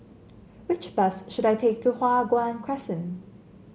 which bus should I take to Hua Guan Crescent